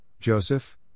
Joseph